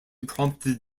prompted